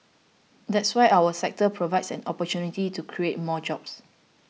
that's why our sector provides an opportunity to create more jobs